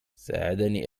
ساعدني